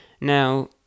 Now